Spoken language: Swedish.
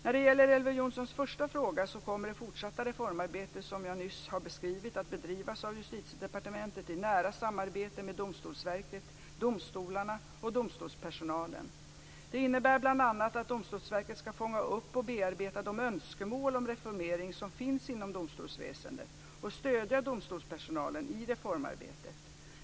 När det gäller Elver Jonssons första fråga så kommer det fortsatta reformarbetet som jag nyss har beskrivit att bedrivas av Justitiedepartementet i nära samarbete med Domstolsverket, domstolarna och domstolspersonalen. Det innebär bl.a. att Domstolsverket skall fånga upp och bearbeta de önskemål om reformering som finns inom domstolsväsendet och stödja domstolspersonalen i reformarbetet.